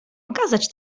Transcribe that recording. okazać